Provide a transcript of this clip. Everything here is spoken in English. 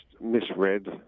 misread